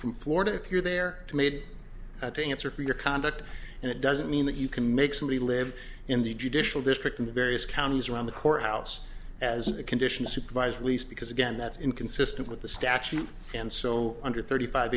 from florida if you're there to made to answer for your conduct and it doesn't mean that you can make somebody live in the judicial district in the various counties around the courthouse as a condition supervised release because again that's inconsistent with the statute and so under thirty five